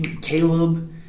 Caleb